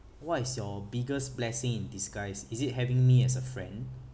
what is your biggest blessing in disguise is it having me as a friend